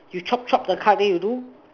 you chop chop the cards then you do